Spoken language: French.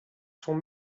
sont